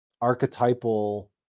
archetypal